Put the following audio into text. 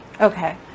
Okay